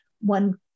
one